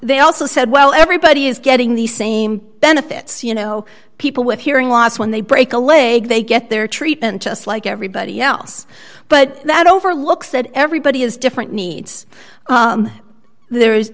they also said well everybody is getting the same benefits you know people with hearing loss when they break a leg they get their treatment just like everybody else but that overlooks that everybody has different needs there is